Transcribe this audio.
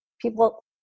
people